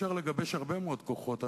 אפשר לגבש הרבה מאוד כוחות,